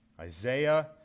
Isaiah